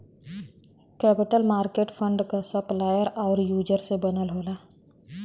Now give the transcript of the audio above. capital market fund क supplier आउर user से बनल होला